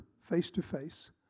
face-to-face